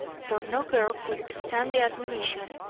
for no girl could stand the admonition,